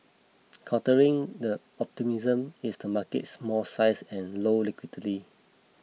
countering the optimism is the market's small size and low liquidity